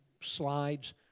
slides